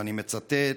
ואני מצטט: